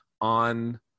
on